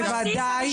בוודאי.